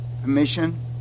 permission